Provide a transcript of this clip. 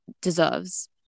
deserves